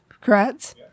correct